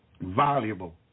Valuable